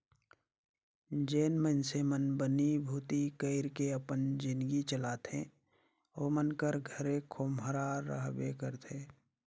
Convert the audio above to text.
जेन मइनसे मन बनी भूती कइर के अपन जिनगी चलाथे ओमन कर घरे खोम्हरा रहबे करथे